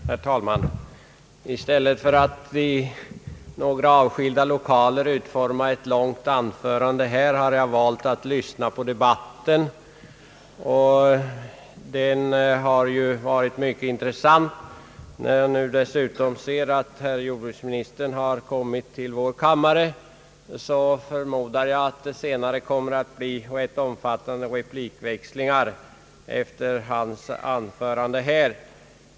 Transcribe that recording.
Herr talman! I stället för att i någon avskild lokal utforma ett långt anförande har jag valt att lyssna på debatten, som varit mycket intressant. När jag nu dessutom ser att jordbruksministern anlänt till vår kammare förmodar jag att det kommer att bli rätt omfattande replikväxlingar efter det anförande han kommer att hålla.